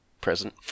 present